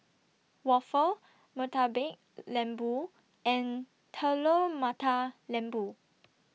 Waffle Murtabak Lembu and Telur Mata Lembu